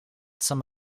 some